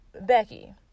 Becky